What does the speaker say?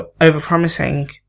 over-promising